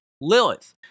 Lilith